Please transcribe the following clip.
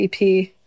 ep